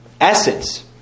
essence